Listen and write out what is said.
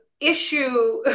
issue